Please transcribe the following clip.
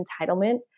entitlement